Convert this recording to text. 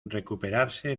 recuperarse